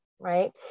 Right